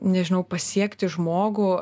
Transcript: nežinau pasiekti žmogų